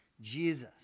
Jesus